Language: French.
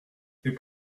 c’est